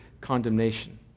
condemnation